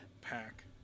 Pack